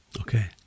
Okay